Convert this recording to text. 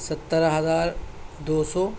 سترہ ہزار دو سو